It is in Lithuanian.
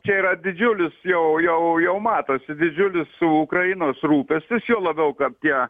čia yra didžiulis jau jau jau matosi didžiulis ukrainos rūpestis juo labiau apie